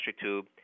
tube